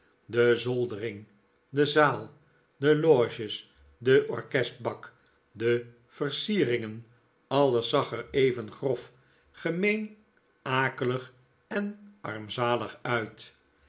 de zoldering de zaal de loges de orkestbak de versieringen alles zag er even grof gemeen akelig en armzalig uit